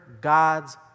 God's